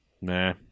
Nah